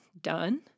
done